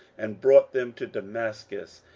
and brought them to damascus.